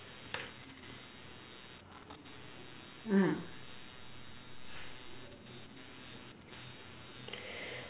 mm